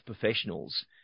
professionals